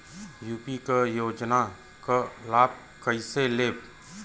UP क योजना क लाभ कइसे लेब?